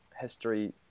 history